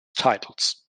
titles